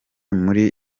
muri